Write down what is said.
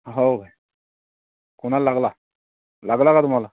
हो काय कोणाला लागला लागला का तुम्हाला